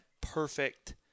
perfect